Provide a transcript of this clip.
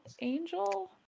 Angel